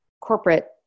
corporate